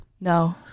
No